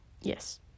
Yes